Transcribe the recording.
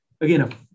again